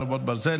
חרבות ברזל),